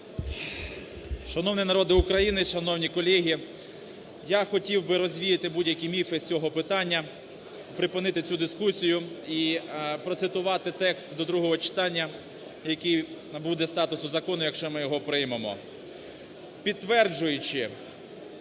Шановний народе України! Шановні колеги! Я хотів би розвіяти будь-які міфи з цього питання, припинити цю дискусію і процитувати текст до другого читання, який набуде статусу закону, якщо ми його приймемо: "Підтверджуючи